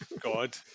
God